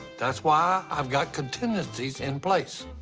that's why i've got contingencies in place.